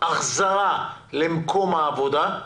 החזרה למקום העבודה.